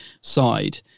side